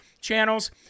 channels